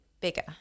bigger